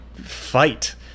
fight